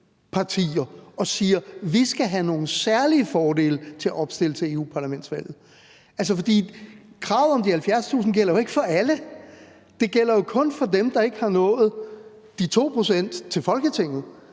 og siger: Vi skal have nogle særlige fordele i forhold til at opstille til europaparlamentsvalget. For kravet om de 70.000 vælgererklæringer gælder jo ikke for alle. Det gælder kun for dem, der ikke har nået de 2 pct. til Folketinget.